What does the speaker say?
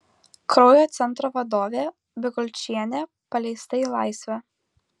kraujo centro vadovė bikulčienė paleista į laisvę